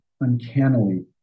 uncannily